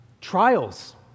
trials